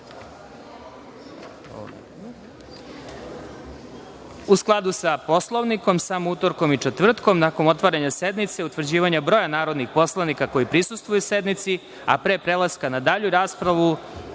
skladu sa Poslovnikom, samo utorkom i četvrtkom, nakon otvaranja sednice i utvrđivanja broja narodnih poslanika koji prisustvuju sednici, a pre prelaska na dalju raspravu,